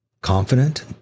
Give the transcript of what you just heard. confident